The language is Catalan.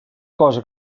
cosa